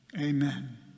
Amen